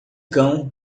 cão